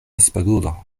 spegulo